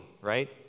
right